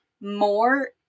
more